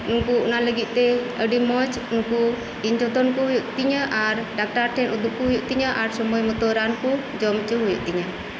ᱱᱩᱝᱠᱩ ᱚᱱᱟ ᱞᱟᱹᱜᱤᱫ ᱛᱮ ᱟᱹᱰᱤ ᱢᱚᱡᱽ ᱩᱱᱠᱩ ᱤᱧ ᱡᱚᱛᱚᱱᱠᱩ ᱦᱩᱭᱩᱜ ᱛᱤᱧᱟᱹ ᱟᱨ ᱰᱟᱠᱴᱟᱨ ᱴᱷᱮᱱ ᱩᱫᱩᱜ ᱠᱩ ᱦᱩᱭᱩᱜ ᱛᱤᱧᱟᱹ ᱟᱨ ᱥᱩᱢᱟᱹᱭ ᱢᱚᱛᱚ ᱨᱟᱱᱠᱩ ᱡᱚᱢ ᱩᱪᱩ ᱦᱩᱭᱩᱜ ᱛᱤᱧᱟᱹ